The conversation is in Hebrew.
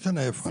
לא משנה איפה.